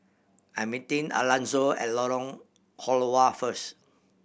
I'm meeting Alanzo at Lorong Halwa first